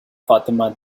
fatima